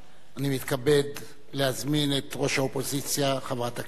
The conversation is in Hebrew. אני מתכבד להזמין את ראש האופוזיציה חברת הכנסת